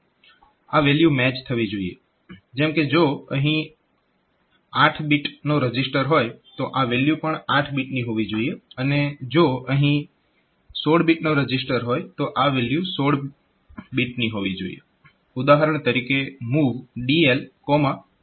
આ value match થવી જોઈએ જેમ કે જો અહીં 8 બીટ રજીસ્ટર હોય તો આ વેલ્યુ પણ 8 બીટની હોવી જોઈએ અને જો અહીં 16 બીટ રજીસ્ટર હોય તો આ વેલ્યુ 16 બીટ વેલ્યુની હોવી જોઈએ ઉદાહરણ તરીકે MOV DL 08 H